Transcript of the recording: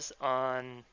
on